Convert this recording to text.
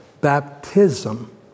baptism